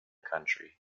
country